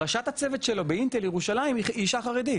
ראש הצוות שלו באינטל ירושלים היא אישה חרדית